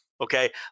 Okay